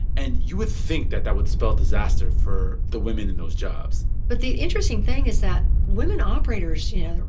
and you would think that that would spell disaster for the women in those jobs but the interesting thing is that women operators you know,